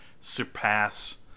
surpass